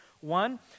One